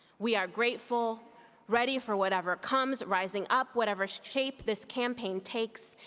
we are grateful ready for whatever comes, rising up, whatever shape this campaign takes,